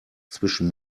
zwischen